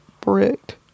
Bricked